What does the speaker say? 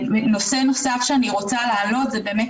נושא נוסף שאני רוצה להעלות זה באמת